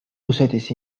რუსეთის